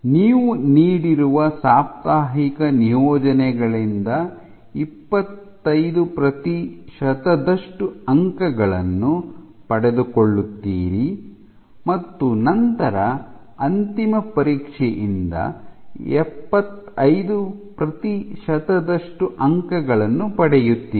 ನೀವು ನೀಡಿರುವ ಸಾಪ್ತಾಹಿಕ ನಿಯೋಜನೆಗಳಿಂದ 25 ಪ್ರತಿಶತದಷ್ಟು ಅಂಕಗಳನ್ನು ಪಡೆದುಕೊಳ್ಳುತ್ತೀರಿ ಮತ್ತು ನಂತರ ಅಂತಿಮ ಪರೀಕ್ಷೆಯಿಂದ 75 ಪ್ರತಿಶತದಷ್ಟು ಅಂಕಗಳನ್ನು ಪಡೆಯುತ್ತೀರಿ